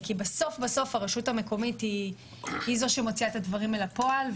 כי בסוף-בסוף הרשות המקומית היא זו שמוציאה את הדברים אל הפועל.